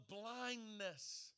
blindness